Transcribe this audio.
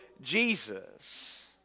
Jesus